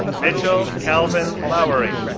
mitchell calvin lowery,